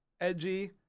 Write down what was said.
edgy